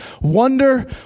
Wonder